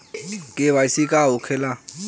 KYC का होखेला?